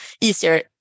easier